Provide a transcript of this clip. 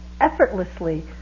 effortlessly